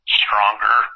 stronger